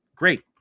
Great